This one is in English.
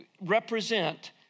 represent